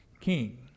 king